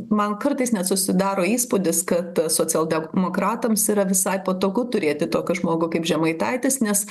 man kartais net susidaro įspūdis kad socialdemokratams yra visai patogu turėti tokį žmogų kaip žemaitaitis nes